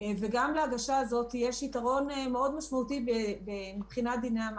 לא הצלחתי להבין תשובה ברורה מה קורה עם מדיניות